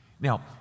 Now